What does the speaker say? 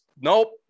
nope